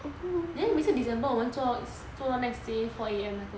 then 每次 december 我们做到 next day four A_M 那个